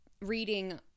reading